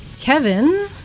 Kevin